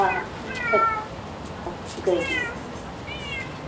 हा जय झूलेलाल